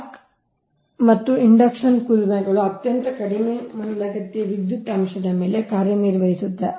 arc ಮತ್ತು induction ಕುಲುಮೆಗಳು ಅತ್ಯಂತ ಕಡಿಮೆ ಮಂದಗತಿಯ ವಿದ್ಯುತ್ ಅಂಶದ ಮೇಲೆ ಕಾರ್ಯನಿರ್ವಹಿಸುತ್ತವೆ